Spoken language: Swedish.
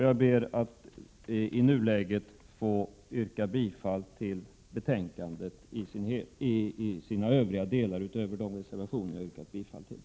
Jag ber i nuläget att få yrka bifall till utskottets hemställan i de delar där jag inte har yrkat bifall till centerns reservationer.